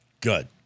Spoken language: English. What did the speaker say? Good